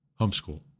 homeschool